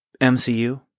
MCU